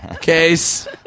Case